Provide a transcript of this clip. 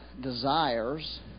desires